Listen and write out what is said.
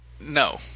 no